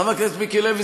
חבר הכנסת מיקי לוי,